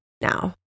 now